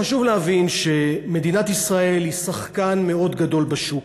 חשוב להבין שמדינת ישראל היא שחקן מאוד גדול בשוק,